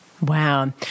Wow